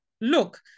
Look